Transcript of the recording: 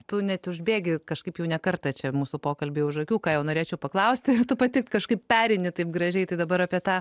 tu net užbėgi kažkaip jau ne kartą čia mūsų pokalby už akių ką jau norėčiau paklausti tu pati kažkaip pereini taip gražiai tai dabar apie tą